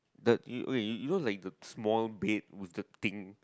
the okay you you know like the small bed with the thing